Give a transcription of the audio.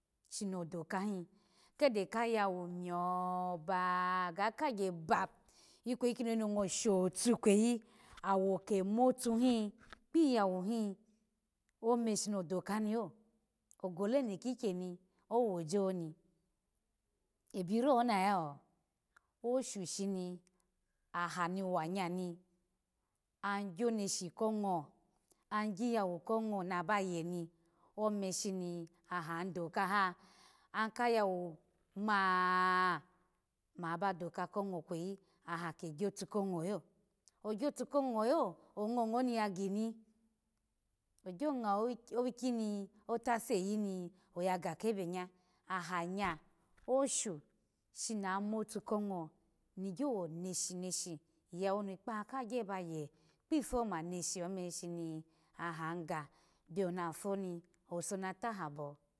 Shino dokahi kede ka yawu nyo ba ga kagya ba ikweyi kono yino ngo shotu ikweyi wo kemo ta hin kpi yawuhin ome shino doka nu yo ogole eno ki kyeni owosinoni abiro onayo oshu shini ahani wa nya ni. agyo neshi ko ngo ogyu ya wu ko ngo na bayeni ome shini aha dokaha, anka yawu maaa ma bado kako ngo ikweyi aha ke gyo tu ko ngolo ogyotu ko ngo yo ongwo ni ya gini ogyo ngwo owiki owiki ni ota seyi ni oya ga owiki owiki ni ota seyi ni oya ga kebe nye, aha nye oshu shini aha motu ko ngo ni gyo wo neshi neshi iyawu nu kpa kha gyo ba ye kpifo ma neshi ome aha ga bioni aha pwo ni owuso na ta habo